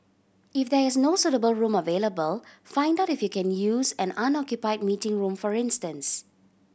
if there is no suitable room available find out if you can use an unoccupy meeting room for instance